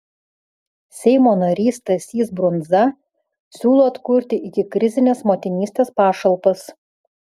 seimo narys stasys brundza siūlo atkurti ikikrizines motinystės pašalpas